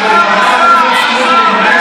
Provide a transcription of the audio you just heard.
15. חברת הכנסת סטרוק, אני מבקש לשמור על שקט.